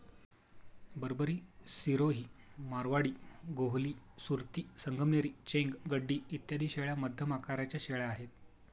बरबरी, सिरोही, मारवाडी, गोहली, सुरती, संगमनेरी, चेंग, गड्डी इत्यादी शेळ्या मध्यम आकाराच्या शेळ्या आहेत